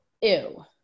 ew